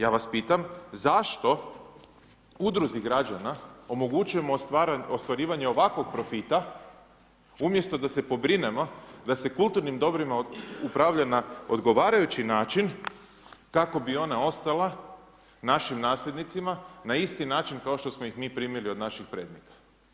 Ja vas pitam zašto udruzi građane omogućujemo ostvarivanje ovakvog profita umjesto da se pobrinemo da se kulturnim dobrima upravlja na odgovarajući način kako bi ona ostala našim nasljednicima na isti način kao što smo ih mi primili od naših predaka.